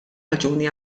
raġuni